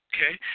Okay